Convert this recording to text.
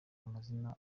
amazina